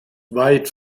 weit